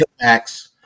Max